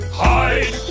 hide